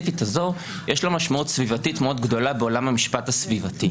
יש לה משמעות סביבתית מאוד גדולה בעולם המשפט הסביבתי.